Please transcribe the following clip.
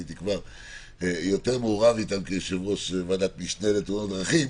כבר הייתי יותר מעורב איתם כיושב-ראש ועדת המשנה לתאונות דרכים,